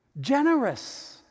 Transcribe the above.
Generous